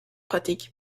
pratique